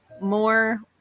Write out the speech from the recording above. more